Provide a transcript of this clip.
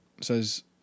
says